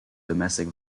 domestic